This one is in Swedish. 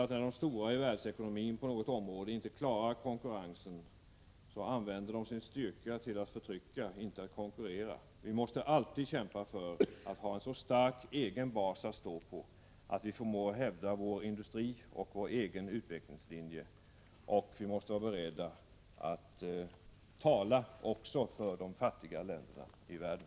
När de stora i världsekonomin på något område inte klarar konkurrensen finns det en tendens till att de använder sin styrka till att förtrycka och inte till att konkurrera. Vi måste alltid kämpa för att ha en så stark egen bas att stå på att vi förmår hävda vårt näringsliv och vår egen utvecklingslinje. Vi måste även vara beredda att tala också för de fattiga länderna i världen.